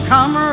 Come